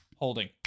Holding